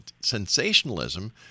sensationalism